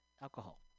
alcohol